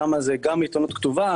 שם זה גם עיתונות כתובה,